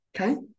okay